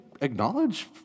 acknowledge